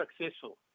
successful